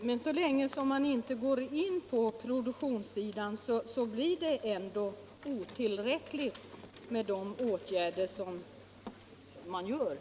Fru talman! Men så länge man inte går in på produktionssidan blir de åtgärder som vidtas ändå otillräckliga.